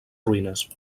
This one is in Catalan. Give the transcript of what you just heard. ruïnes